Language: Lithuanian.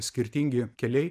skirtingi keliai